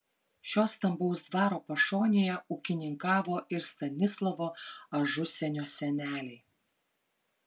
šio stambaus dvaro pašonėje ūkininkavo ir stanislovo ažusienio seneliai